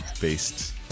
based